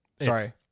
Sorry